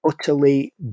utterly